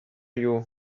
you